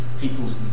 people's